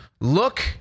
look